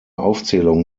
aufzählung